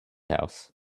house